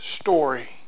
story